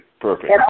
Perfect